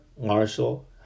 Marshall